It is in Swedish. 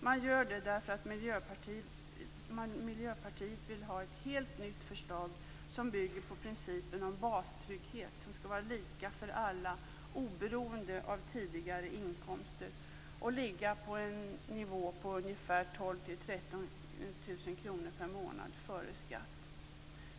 Miljöpartiet gör detta för att man vill ha ett helt nytt förslag som bygger på principen om en bastrygghet som skall vara lika för alla oberoende av tidigare inkomster och ligga på en nivå på 12 000-13 000 kr per månad före skatt.